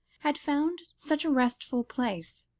had found such a restful place,